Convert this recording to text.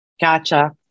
gotcha